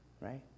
Right